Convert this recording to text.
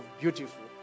beautiful